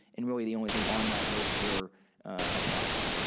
and really the only thing on that list were attacks,